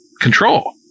control